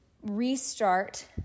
Restart